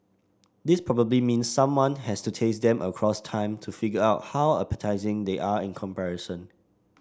this probably means someone has to taste them across time to figure out how appetising they are in comparison